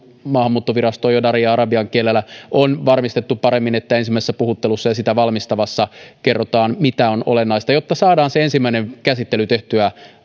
maahanmuuttovirastoon jo darin ja arabian kielellä on varmistettu paremmin että ensimmäisessä puhuttelussa ja sitä valmistavassa kerrotaan mikä on olennaista jotta saadaan se ensimmäinen käsittely tehtyä